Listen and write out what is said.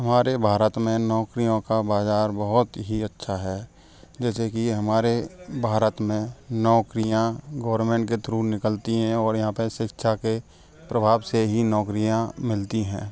हमारे भारत में नौकरियों का बाज़ार बहुत ही अच्छा है जैसे कि हमारे भारत में नौकरियाँ गोर्नमेंट के थ्रू निकलती हैं और यहाँ पे शिक्षा के प्रभाव से ही नौकरियाँ मिलती हैं